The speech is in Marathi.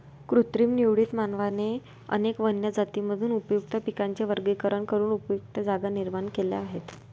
कृत्रिम निवडीत, मानवाने अनेक वन्य जातींमधून उपयुक्त पिकांचे वर्गीकरण करून उपयुक्त जाती निर्माण केल्या आहेत